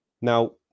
Now